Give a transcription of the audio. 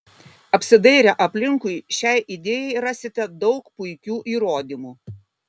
apsidairę aplinkui šiai idėjai rasite daug puikių įrodymų